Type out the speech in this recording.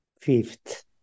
fifth